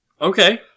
Okay